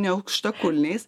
ne aukštakulniais